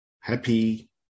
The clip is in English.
happy